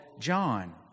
John